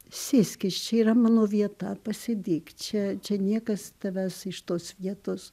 sėskis čia yra mano vieta pasėdėk čia čia niekas tavęs iš tos vietos